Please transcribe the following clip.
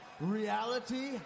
reality